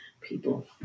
people